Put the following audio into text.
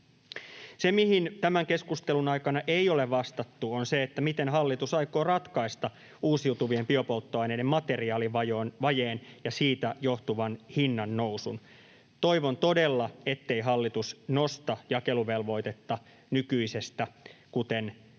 Se, mihin tämän keskustelun aikana ei ole vastattu, on se, miten hallitus aikoo ratkaista uusiutuvien biopolttoaineiden materiaalivajeen ja siitä johtuvan hinnannousun. Toivon todella, ettei hallitus nosta jakeluvelvoitetta nykyisestä, kuten on